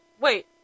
wait